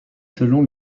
selon